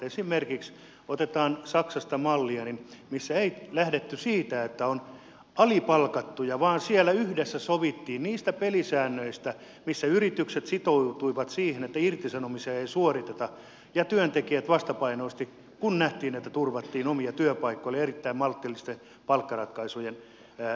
esimerkiksi otetaan mallia saksasta missä ei lähdetty siitä että on alipalkattuja vaan siellä yhdessä sovittiin niistä pelisäännöistä että yritykset sitoutuivat siihen että irtisanomisia ei suoriteta ja työntekijät vastapainoisesti kun nähtiin että turvattiin omia työpaikkoja olivat erittäin maltillisten palkkaratkaisujen osana